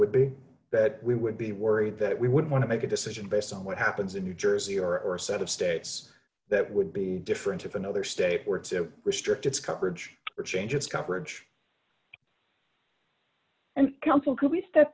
would be that we would be worried that we would want to make a decision based on what happens in new jersey or a set of states that would be different if another state were to restrict its coverage or change its coverage and counsel could we step